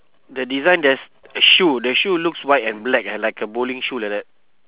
the design there's a shoe that shoe looks white and black uh like a bowling shoe like that